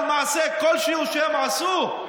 על מעשה כלשהו שהם עשו?